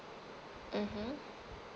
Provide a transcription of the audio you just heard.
mmhmm